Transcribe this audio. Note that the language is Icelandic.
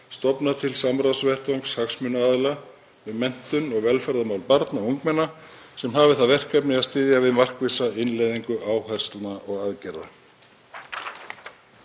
stofnað til samráðsvettvangs hagsmunaaðila um menntun og velferðarmál barna og ungmenna sem hafi það verkefni að styðja við markvissa innleiðingu áherslna og aðgerða.